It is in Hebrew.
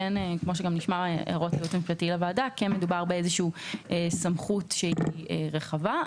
כי מדובר בסמכות שהיא רחבה.